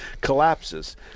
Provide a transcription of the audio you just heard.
collapses